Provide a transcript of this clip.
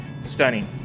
Stunning